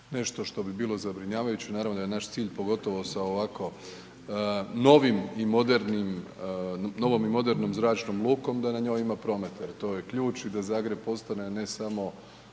nešto što bi bilo zabrinjavajuće, naravno da je naš cilj pogotovo sa ovako novom i modernom zračnom lukom da na njoj ima prometa jer to je ključ i da Zagreb postane ne samo